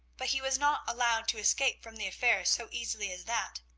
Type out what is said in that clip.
but he was not allowed to escape from the affair so easily as that.